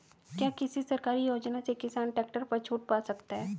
क्या किसी सरकारी योजना से किसान ट्रैक्टर पर छूट पा सकता है?